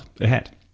ahead